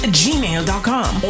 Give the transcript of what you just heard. gmail.com